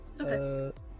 Okay